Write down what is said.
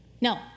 no